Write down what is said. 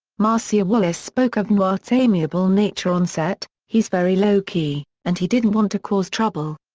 marcia wallace spoke of newhart's amiable nature on set he's very low key, and he didn't want to cause trouble.